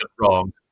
wrong